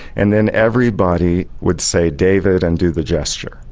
and then everybody would say, david and do the gesture.